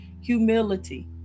humility